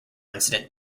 incident